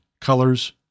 colors